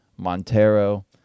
Montero